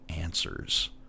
answers